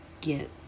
get